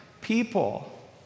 people